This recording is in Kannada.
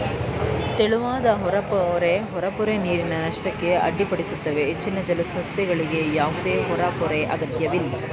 ತೆಳುವಾದ ಹೊರಪೊರೆ ಹೊರಪೊರೆ ನೀರಿನ ನಷ್ಟಕ್ಕೆ ಅಡ್ಡಿಪಡಿಸುತ್ತವೆ ಹೆಚ್ಚಿನ ಜಲಸಸ್ಯಗಳಿಗೆ ಯಾವುದೇ ಹೊರಪೊರೆ ಅಗತ್ಯವಿಲ್ಲ